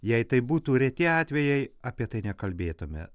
jei tai būtų reti atvejai apie tai nekalbėtume